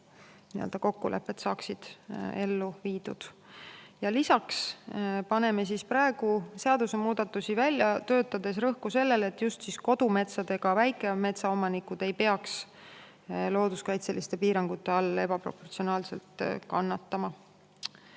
et kokkulepped saaksid ellu viidud. Lisaks paneme praegu seadusemuudatusi välja töötades rõhku sellele, et just kodumetsadega väikemetsaomanikud ei peaks looduskaitseliste piirangute all ebaproportsionaalselt kannatama.